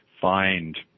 find